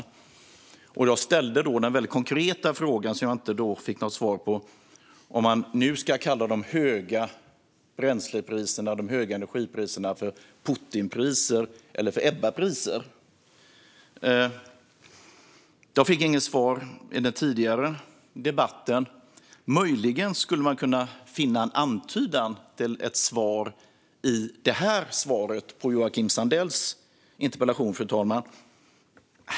Jag ställde då en väldigt konkret fråga som jag inte fick något svar på: om man nu ska kalla de höga bränsle och energipriserna för Putinpriser eller Ebbapriser. Jag fick inget svar i den tidigare debatten. Möjligen skulle man kunna finna en antydan till svar i det här svaret på Joakim Sandells interpellation, fru talman.